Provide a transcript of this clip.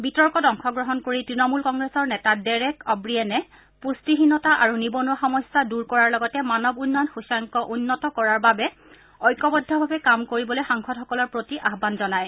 বিতৰ্কত অংশ গ্ৰহণ কৰি তৃণমূল কংগ্ৰেছৰ নেতা ডেৰেক অৱিয়েনে পুষ্টিহীনতা আৰু নিবনুৱা সমস্যা দূৰ কৰাৰ লগতে মানৱ উন্নয়ন সূচ্যাংক উন্নত কৰাৰ বাবে ঐক্যবদ্ধভাৱে কাম কৰিবলৈ সাংসদসকলৰ প্ৰতি আহান জনায়